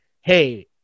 Hey